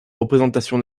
représentation